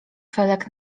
felek